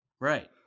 Right